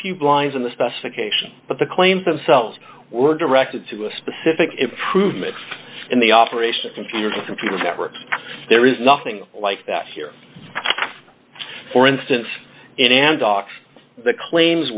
few blinds in the specification but the claims themselves were directed to a specific improvement in the operation of computers and computer networks there is nothing like that here for instance in and off the claims